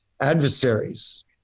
adversaries